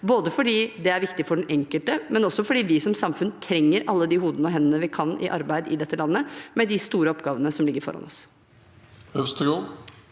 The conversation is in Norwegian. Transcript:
både fordi det er viktig for den enkelte, og fordi vi som samfunn trenger alle de hodene og hendene vi kan ha i arbeid i dette landet, med de store oppgavene som ligger foran oss.